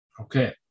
Okay